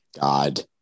God